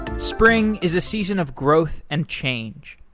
spring is a season of growth and change.